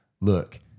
look